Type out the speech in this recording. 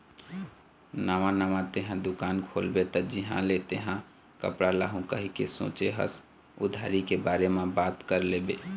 नवा नवा तेंहा दुकान खोलबे त जिहाँ ले तेंहा कपड़ा लाहू कहिके सोचें हस उधारी के बारे म बात कर लेबे